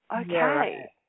okay